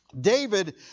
David